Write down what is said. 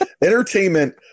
entertainment